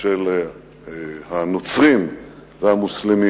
של הנוצרים והמוסלמים,